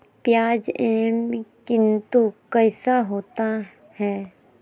प्याज एम कितनु कैसा होता है?